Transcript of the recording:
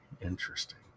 Interesting